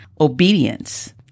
obedience